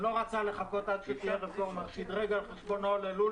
שלא רצה לחכות עד שתהיה רפורמה ושדרג על חשבונו ללול